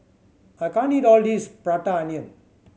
I can't eat all this Prata Onion